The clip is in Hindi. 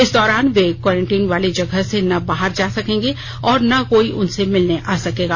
इस दौरान वे कोरेंटीन वाले जगह से न बाहर जा सकेंगे और न कोई उनसे मिलने आ सकेगा